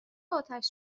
آتش